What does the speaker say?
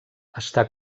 està